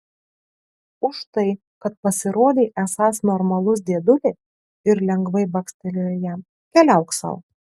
už tai kad pasirodei esąs normalus dėdulė ir lengvai bakstelėjo jam keliauk sau